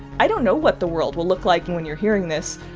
i don't know what the world will look like when you're hearing this.